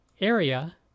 area